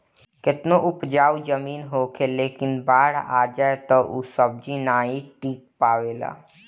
केतनो उपजाऊ जमीन होखे लेकिन बाढ़ आ जाए तअ ऊ सब्जी नाइ टिक पावेला